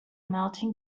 melting